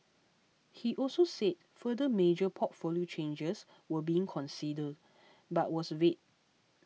he also said further major portfolio changes were being considered but was vague